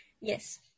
Yes